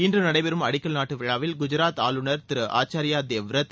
இன்று நடைபெறும் அடிக்கல் நாட்டு விழாவில் குஜாத் ஆளுநர் திரு ஆச்சார்யா தேவ்ரத்